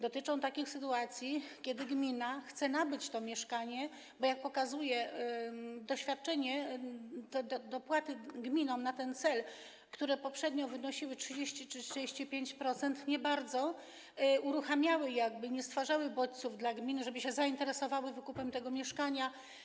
Dotyczą takich sytuacji, kiedy gmina chce nabyć to mieszkanie, bo dopłaty, jak pokazuje doświadczenie, dla gmin na ten cel, które poprzednio wynosiły 30% czy 35%, nie bardzo uruchamiały, nie stwarzały bodźców dla gmin, żeby się zainteresowały wykupem tego mieszkania.